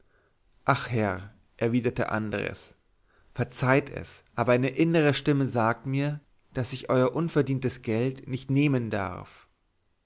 ach herr erwiderte andres verzeiht es aber eine innere stimme sagt mir daß ich euer unverdientes geld nicht nehmen darf